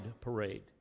parade